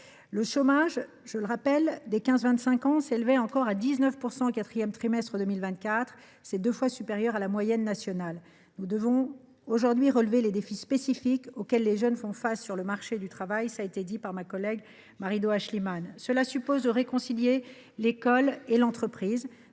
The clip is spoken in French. de chômage des jeunes de 15 à 25 ans s’élevait encore à 19 % au quatrième trimestre de 2024, un taux deux fois supérieur à la moyenne nationale. Nous devons aujourd’hui relever les défis spécifiques auxquels les jeunes font face sur le marché du travail, comme l’a souligné ma collègue Marie Do Aeschlimann. Cela suppose de réconcilier l’école et l’entreprise.